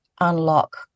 unlock